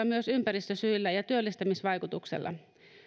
myös ympäristösyillä ja työllistämisvaikutuksella